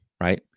right